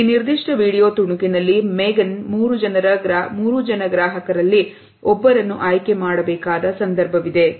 ಈ ನಿರ್ದಿಷ್ಟ ವಿಡಿಯೋ ತುಣುಕಿನಲ್ಲಿ ಮೇಗನ್ ಮೂರುಜನ ಗ್ರಾಹಕರಲ್ಲಿ ಒಬ್ಬರನ್ನು ಆಯ್ಕೆ ಮಾಡಬೇಕಾದ ಸಂದರ್ಭವಿದೆ